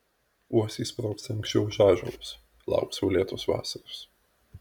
uosiai sprogsta anksčiau už ąžuolus lauk saulėtos vasaros